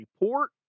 report